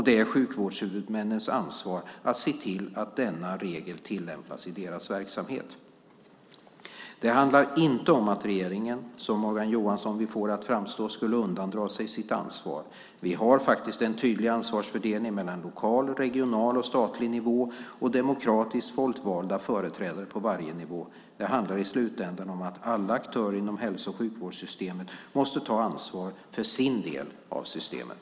Det är sjukvårdshuvudmännens ansvar att se till att denna regel tillämpas i deras verksamhet. Det handlar inte om att regeringen, som Morgan Johansson vill få det att framstå som, skulle undandra sig sitt ansvar. Vi har faktiskt en tydlig ansvarsfördelning mellan lokal, regional och statlig nivå och demokratiskt folkvalda företrädare på varje nivå. Det handlar i slutändan om att alla aktörer inom hälso och sjukvårdssystemet måste ta ansvar för sin del av systemet.